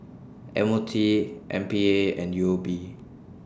M O T M P A and U O B